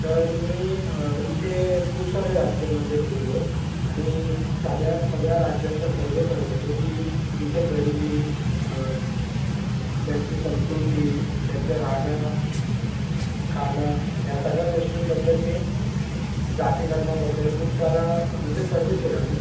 तर मी इथे खूप सारे राज्यामध्ये फिरलो आणि सगळ्या सगळ्या राज्यांचा सर्व्हे करत होतो की इथे गरीबी त्यांची संस्कृती त्यांचं राहणं खाणं ह्या सगळ्या गोष्टींबद्दल मी जातिधर्माबद्दल खूप सारा म्हणजे सर्व्हे केला मी